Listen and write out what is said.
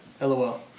LOL